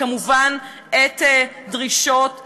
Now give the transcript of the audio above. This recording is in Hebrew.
וכמובן את דרישות הסף.